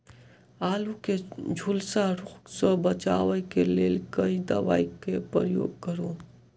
आलु केँ झुलसा रोग सऽ बचाब केँ लेल केँ दवा केँ प्रयोग करू?